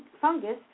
fungus